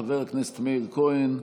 חבר הכנסת מאיר כהן.